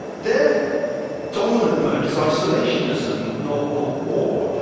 their dominant mode is isolationism, not not war.